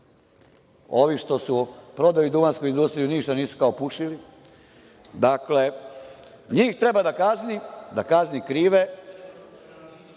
Ovi što su prodali dunavsku industriju „Niš“, a nisu kao pušili. Dakle, njih treba da kazni krive,